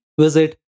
visit